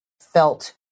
felt